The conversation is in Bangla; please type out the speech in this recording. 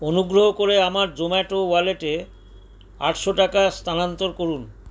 অনুগ্রহ করে আমার জোম্যাটো ওয়ালেটে আটশো টাকা স্থানান্তর করুন